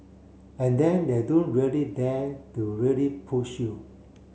and then they don't really dare to really push you